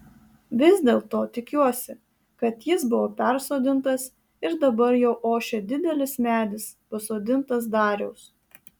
vis dėlto tikiuosi kad jis buvo persodintas ir dabar jau ošia didelis medis pasodintas dariaus